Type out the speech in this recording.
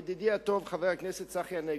ידידי הטוב חבר הכנסת צחי הנגבי,